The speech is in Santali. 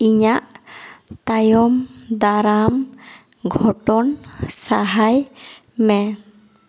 ᱤᱧᱟᱜ ᱛᱟᱭᱚᱢ ᱫᱟᱨᱟᱢ ᱜᱷᱚᱴᱚᱱ ᱥᱟᱦᱟᱭ ᱢᱮ